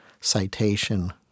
citation